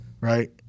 right